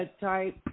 type